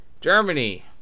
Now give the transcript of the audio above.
Germany